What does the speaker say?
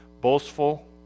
boastful